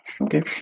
okay